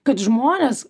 kad žmonės